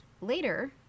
later